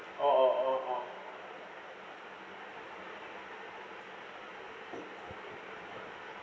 orh orh orh